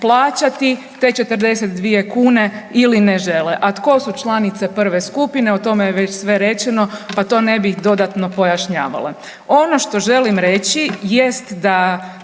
te 42 kune ili ne žele. A tko su članice prve skupine o tome je već sve rečeno, pa to ne bih dodatno pojašnjavala. Ono što želim reći jest da